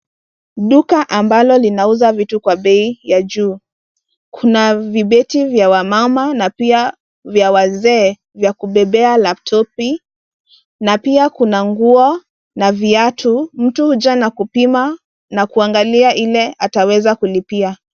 Duka ambalo linauza vitu kwa bei ya juu. Kuna vibeti vya wamama na pia vya wazee vya kubebea laptop na pia kuna nguo na viatu, mtu huja na kupima na kuangalia ile ataweza kulipia.